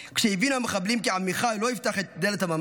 כשהבינו המחבלים כי עמיחי לא יפתח את דלת הממ"ד,